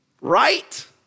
Right